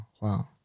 wow